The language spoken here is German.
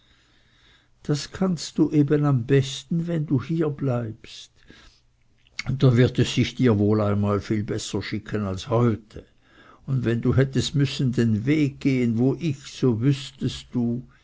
das kannst du eben am besten wenn du hier bleibst da wird es sich dir wohl einmal viel besser schicken als heute und wenn du hättest müssen den weg gehen wo ich so wüßtest du